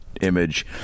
image